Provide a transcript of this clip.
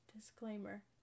Disclaimer